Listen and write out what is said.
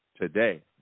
today